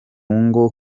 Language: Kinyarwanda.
ngo